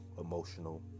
emotional